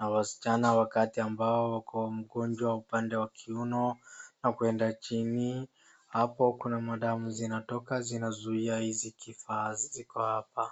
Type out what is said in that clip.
na wasichana wakati ambao wako mgonjwa upande wa kiuno na kueda chini, hapo kuna madamu zinatoka zinazuia hizi kifaa ziko hapa.